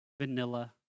vanilla